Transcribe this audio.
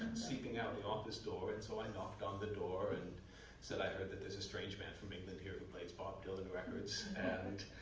seeping out the office door. and so i knocked on the door and said i heard that there's a strange man from england here who plays bob dylan records. and